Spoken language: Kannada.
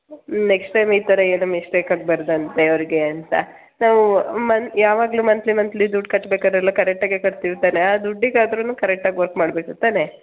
ಹ್ಞೂ ನೆಕ್ಸ್ಟ್ ಟೈಮ್ ಈ ಥರ ಏನೂ ಮಿಸ್ಟೇಕ್ ಆಗಬಾರ್ದಂತೆ ಅವ್ರಿಗೆ ಅಂತ ನಾವು ಮನ್ ಯಾವಾಗಲೂ ಮಂತ್ಲಿ ಮಂತ್ಲಿ ದುಡ್ಡು ಕಟ್ಟಬೇಕಾದ್ರೆ ಎಲ್ಲ ಕರೆಕ್ಟಾಗೇ ಕಟ್ಟುತ್ತೀವಿ ತಾನೇ ಆ ದುಡ್ಡಿಗಾದ್ರೂ ಕರೆಕ್ಟಾಗಿ ವರ್ಕ್ ಮಾಡಬೇಕು ತಾನೇ